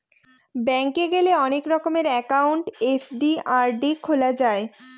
bank গেলে অনেক রকমের একাউন্ট এফ.ডি, আর.ডি খোলা যায়